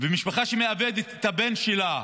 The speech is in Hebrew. ומשפחה שמאבדת את הבן שלה,